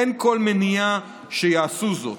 אין כל מניעה שיעשו זאת.